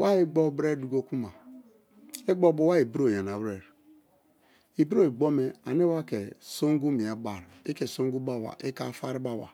wa igbo be̱re̱ du̱ko-kuma igbo bio wa ibro yana were. Ibro igbo me ane wa ke sungu mie bai i ke sungu bab i ke̱ afari ba̱ba̱.